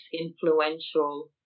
influential